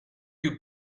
you